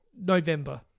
November